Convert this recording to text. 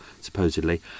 supposedly